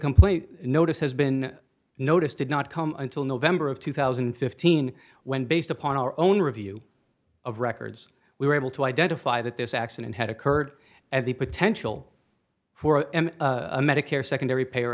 complaint notice has been notice did not come until november of two thousand and fifteen when based upon our own review of records we were able to identify that this accident had occurred and the potential for a medicare secondary payer